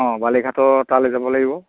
অঁ বালিঘাটৰ তালৈ যাব লাগিব